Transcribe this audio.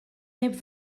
neb